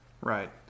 Right